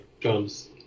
drums